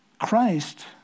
Christ